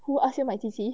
who ask you 买鸡鸡